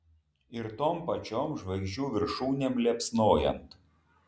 ir tom pačiom žvaigždžių viršūnėm liepsnojant